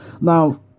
Now